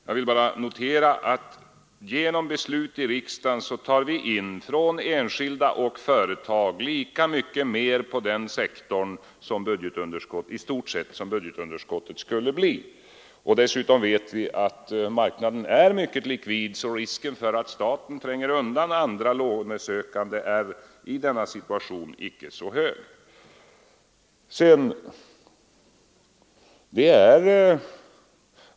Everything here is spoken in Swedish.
Jag vill bara notera att vi genom beslut i riksdagen från enskilda och företag tar in i stort sett lika mycket mer på den sektorn som budgetunderskottet skulle uppgå till. Dessutom vet vi att marknaden är mycket likvid, så risken för att staten tränger undan andra lånesökande är i denna situation icke så stor.